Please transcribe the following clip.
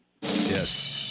Yes